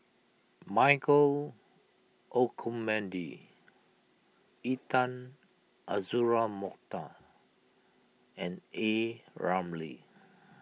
Michael Olcomendy Intan Azura Mokhtar and A Ramli